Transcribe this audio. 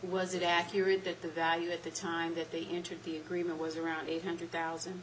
was it accurate that the value at the time that they entered the agreement was around eight hundred thousand